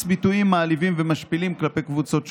ביטויים מעליבים ומשפילים כלפי קבוצות שונות.